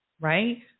Right